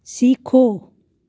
सीखो